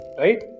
right